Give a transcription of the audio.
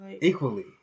Equally